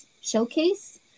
showcase